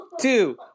two